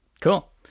Cool